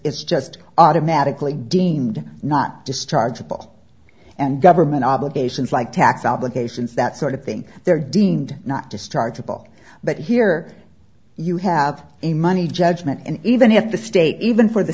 it's just automatically deemed not dischargeable and government obligations like tax obligations that sort of thing they're deemed not to start at all but here you have a money judgment and even at the state even for the